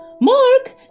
Mark